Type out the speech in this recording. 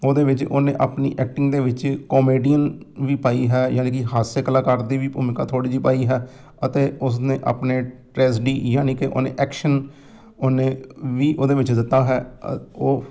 ਉਹਦੇ ਵਿੱਚ ਉਹਨੇ ਆਪਣੀ ਐਕਟਿੰਗ ਦੇ ਵਿੱਚ ਕੋਮੇਡੀਅਨ ਵੀ ਪਾਈ ਹੈ ਯਾਨੀ ਕਿ ਹਾਸੇ ਕਲਾਕਾਰ ਦੀ ਵੀ ਭੂਮਿਕਾ ਥੋੜ੍ਹੀ ਜਿਹੀ ਪਾਈ ਹੈ ਅਤੇ ਉਸਨੇ ਆਪਣੇ ਟ੍ਰੈਜਡੀ ਯਾਨੀ ਕਿ ਉਹਨੇ ਐਕਸ਼ਨ ਉਹਨੇ ਵੀ ਉਹਦੇ ਵਿੱਚ ਦਿੱਤਾ ਹੈ ਉਹ